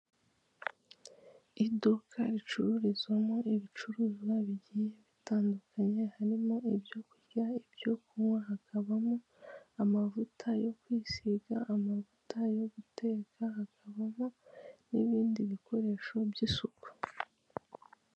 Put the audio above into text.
Iduka ricururizwamo ibicuruzwa bigiye bitandukanye harimo ibyo kurya, ibyo kunywa hakabamo amavuta yo kwisiga, amavuta yo guteka, hakabamo n'ibindi bikoresho by'isuku.